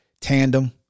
tandem